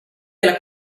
dalla